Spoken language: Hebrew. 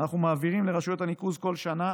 אנחנו מעבירים לרשות הניקוז כל שנה